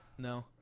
No